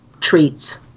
treats